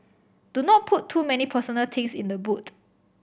do not put too many personal things in the boot